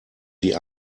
die